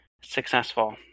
successful